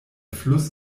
fluss